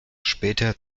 später